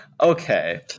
Okay